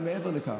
מעבר לכך,